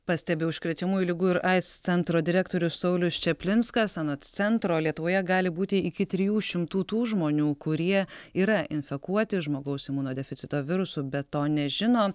pastebi užkrečiamųjų ligų ir aids centro direktorius saulius čeplinskas anot centro lietuvoje gali būti iki trijų šimtų tų žmonių kurie yra infekuoti žmogaus imunodeficito virusu bet to nežino